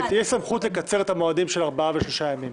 יש סמכות לקצר את המועדים של ארבעה ושלושה ימים,